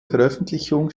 veröffentlichung